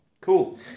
Cool